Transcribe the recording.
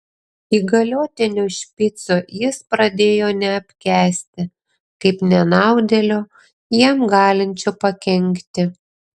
įgaliotinio špico jis pradėjo neapkęsti kaip nenaudėlio jam galinčio pakenkti